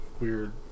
weird